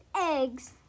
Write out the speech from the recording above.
eggs